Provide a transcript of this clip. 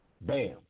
Bam